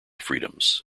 freedoms